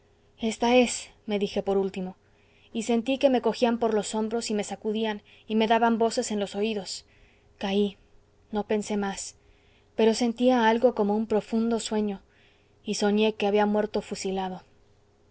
esta es me dije por último y sentí que me cogían por los hombros y me sacudían y me daban voces en los oídos caí no pensé más pero sentía algo como un profundo sueño y soñé que había muerto fusilado